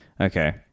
Okay